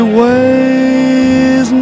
ways